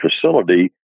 facility